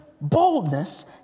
boldness